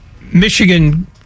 Michigan